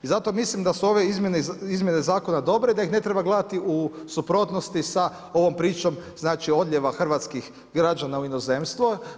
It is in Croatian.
I zato mislim da su ove izmjene zakona dobre, da ih ne treba gledati u suprotnosti sa ovom pričom odljeva hrvatskih građana u inozemstvo.